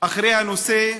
אחרי הנושא.